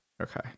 Okay